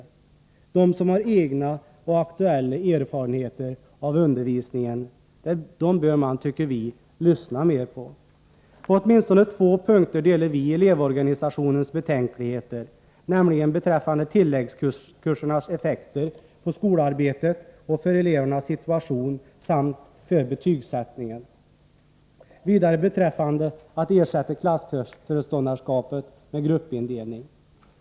Vi tycker att man bör lyssna mer på dem som har egna och aktuella erfarenheter av undervisningen. På åtminstone två punkter hyser vi samma betänkligheter som elevorganisationen, nämligen beträffande tilläggskursernas effekter på skolarbetet, elevernas situation samt betygsättningen och beträffande förslaget att ersätta klassföreståndareskapet med gruppindelning.